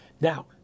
Now